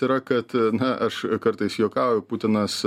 yra kad na aš kartais juokauju putinas